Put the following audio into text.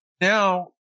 now